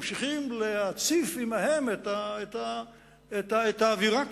ממשיכים להציף עמם את האווירה כולה.